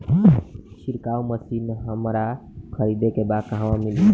छिरकाव मशिन हमरा खरीदे के बा कहवा मिली?